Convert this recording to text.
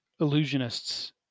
illusionists